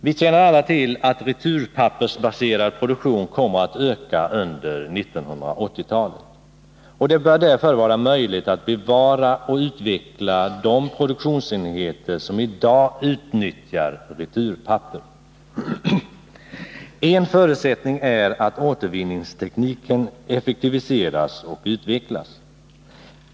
Vi känner alla till att returpappersbaserad produktion kommer att öka under 1980-talet. Det bör därför vara möjligt att bevara och utveckla de produktionsenheter som i dag utnyttjar returpapper. En förutsättning är att återvinningstekniken effektiviseras och utvecklas.